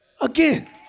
again